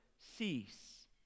cease